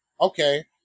okay